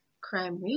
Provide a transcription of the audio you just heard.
Crime